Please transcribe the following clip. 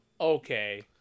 Okay